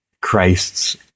Christ's